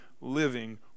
living